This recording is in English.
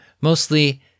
Mostly